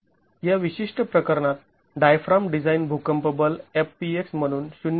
या विशिष्ट प्रकरणात डायफ्राम डिझाईन भूकंप बल F px म्हणून ०